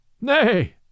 Nay